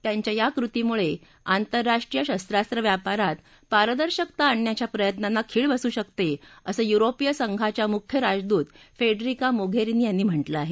त्यांच्या या कृतीमुळे आंतरराष्ट्रीय शस्त्रास्त्र व्यापारात पारदर्शकता आणण्याच्या प्रयत्नांना खीळ बसू शकते असं युरोपीय संघाच्या मुख्य राजदूत फेडरिका मोघेरिनी यांनी म्हटलं आहे